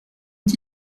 ont